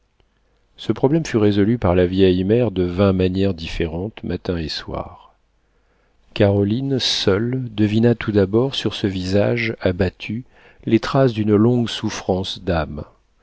ce problème fut résolu par la vieille mère de vingt manières différentes matin et soir caroline seule devina tout d'abord sur ce visage abattu les traces d'une longue souffrance d'âme